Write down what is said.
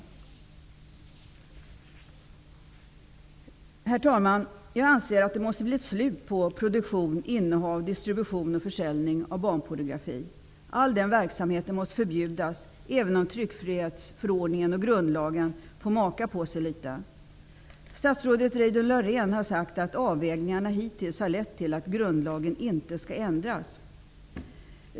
Herr talman! Jag anser att det måste bli slut på produktion, innehav, distribution och försäljning av barnpornografi. All verksamhet måste förbjudas, även om tryckfrihetsförordningen och grundlagen får maka på sig litet. Statsrådet Reidunn Laurén har sagt att avvägningarna hittills har lett till att grundlagen inte skall ändras.